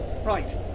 Right